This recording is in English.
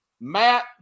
Matt